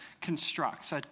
constructs